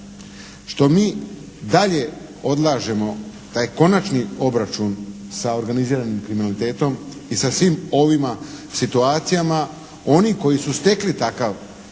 Što mi dalje odlažemo taj konačni obračun sa organiziranim kriminalitetom i sa svim ovima situacijama oni koji su stekli takav